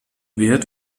wert